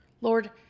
Lord